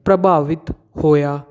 ਪ੍ਰਭਾਵਿਤ ਹੋਇਆ